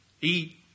eat